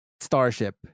starship